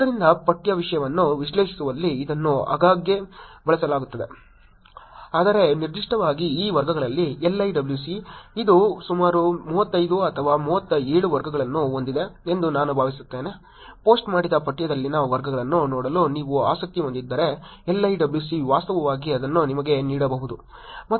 ಆದ್ದರಿಂದ ಪಠ್ಯ ವಿಷಯವನ್ನು ವಿಶ್ಲೇಷಿಸುವಲ್ಲಿ ಇದನ್ನು ಆಗಾಗ್ಗೆ ಬಳಸಲಾಗುತ್ತಿದೆ ಆದರೆ ನಿರ್ದಿಷ್ಟವಾಗಿ ಈ ವರ್ಗಗಳಲ್ಲಿ LIWC ಇದು ಸುಮಾರು 35 ಅಥವಾ 37 ವರ್ಗಗಳನ್ನು ಹೊಂದಿದೆ ಎಂದು ನಾನು ಭಾವಿಸುತ್ತೇನೆ ಪೋಸ್ಟ್ ಮಾಡಿದ ಪಠ್ಯದಲ್ಲಿನ ವರ್ಗಗಳನ್ನು ನೋಡಲು ನೀವು ಆಸಕ್ತಿ ಹೊಂದಿದ್ದರೆ LIWC ವಾಸ್ತವವಾಗಿ ಅದನ್ನು ನಿಮಗೆ ನೀಡಬಹುದು